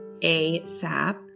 ASAP